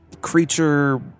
creature